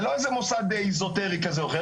זה לא איזה מוסד אזוטרי כזה או אחר,